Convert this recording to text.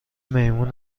میمون